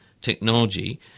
technology